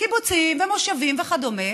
קיבוצים ומושבים וכדומה